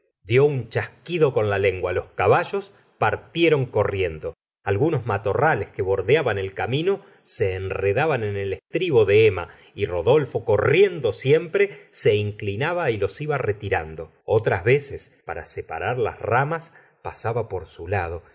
dib un chasquido con la lengua los caballos partieron corriendo algunos matorrales que bordeaban el camino se enredaban en el estribo de emma y rodolfo corriendo siempre se inclinaba y los iba retirando otras veces para separar las ramas pasaba por su lado